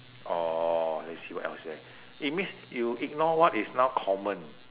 or let's see what else is there it means you ignore what is now common